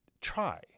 try